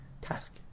task